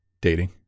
dating